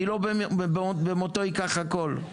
כי לא במותו ייקח הכול.